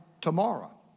tomorrow